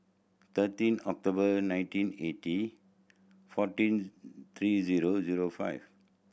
thirteen October nineteen eighty fourteen three zero zero five